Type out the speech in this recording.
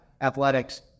athletics